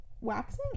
waxing